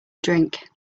drink